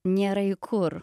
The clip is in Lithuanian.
nėra į kur